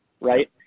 right